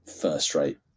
first-rate